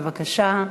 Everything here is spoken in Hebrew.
בבקשה.